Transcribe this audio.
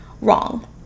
wrong